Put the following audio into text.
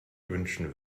wünschen